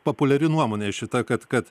populiari nuomonė šita kad kad